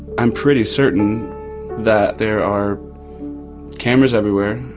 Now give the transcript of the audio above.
i'm pretty certain that there are cameras everywhere.